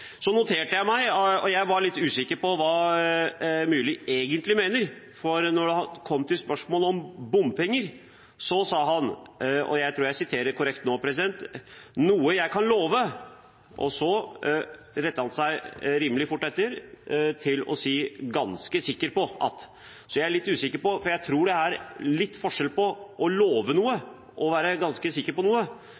Så noterte jeg meg at jeg var litt usikker på hva Myrli egentlig mente, for da han kom til spørsmålet om bompenger, sa han, og jeg tror jeg siterer korrekt nå, «noe jeg kan love». Så rettet han seg rimelig fort etterpå til å si: ganske sikker på at. Så det gjør meg litt usikker – for jeg tror det er litt forskjell på å love noe